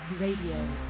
Radio